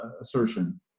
assertion